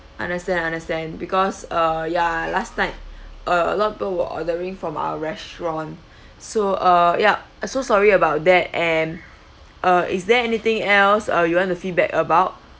understand understand because uh yeah last night a lot of people were ordering from our restaurant so uh yup I'm so sorry about that and uh is there anything else or you want to feedback about